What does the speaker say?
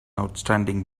outstanding